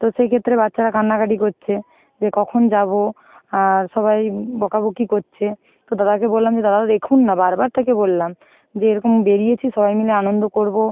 তো সেই ক্ষেত্রে বাচ্চারা কান্নাকাটি কচ্ছে যে কখন যাবো আর সবাই বকাবকি করছে তো দাদাকে বললাম যে দাদা দেখুন না বারবার তাকে বললাম যে এরকম বেরিয়েছি সবাই মিলে আনন্দ করবো